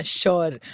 sure